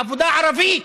עבודה ערבית,